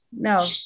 No